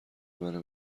منو